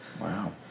Wow